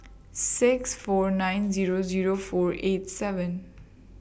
six four nine Zero Zero four eight seven